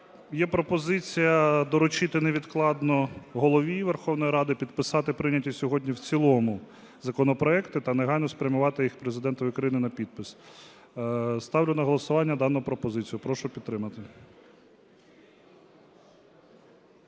Є пропозиція доручити невідкладно Голові Верховної Ради підписати прийняті сьогодні в цілому законопроекти та негайно спрямувати їх Президенту України на підпис. Ставлю на голосування дану пропозицію. Прошу підтримати.